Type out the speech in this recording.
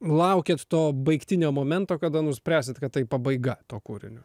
laukėt to baigtinio momento kada nuspręsit kad tai pabaiga tuo kūrinio